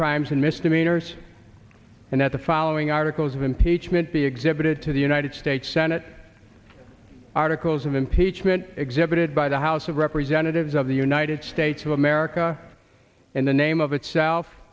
crimes and misdemeanors and that the following articles of impeachment be exhibited to the united states senate articles of impeachment exhibited by the house of representatives of the united states of america in the name of itself